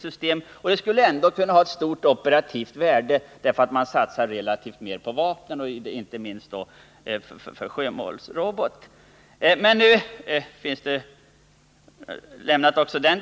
Systemet skulle ändå ha fått ett stort operativt värde, inte minst genom en sjömålsrobot med lång räckvidd.